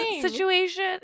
situation